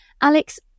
Alex